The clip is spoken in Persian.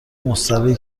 مستراحی